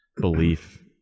belief